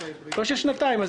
לא של שנתיים.